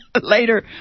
later